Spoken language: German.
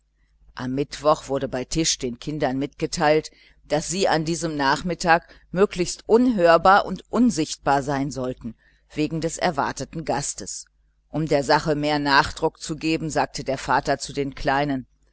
am mittwoch wurde bei tisch den kindern mitgeteilt daß sie an diesem nachmittag möglichst unhörbar und unsichtbar sein sollten wegen des erwarteten gastes um der sache mehr nachdruck zu geben sagte der vater zu den kleinen